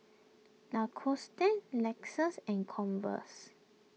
Lacoste Lexus and Converse